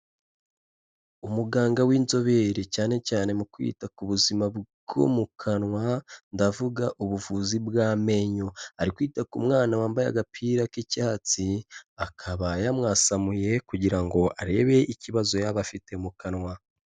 Umuganga w'inzobere cyane cyane mu kwita ku buzima bwo mu kanwa ndavuga ubuvuzi bw'amenyo, ari kwita ku mwana wambaye agapira k'icyatsi, akaba yamwasamuye kugira ngo arebe ikibazo yaba afite mu kanwa.